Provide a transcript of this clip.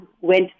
went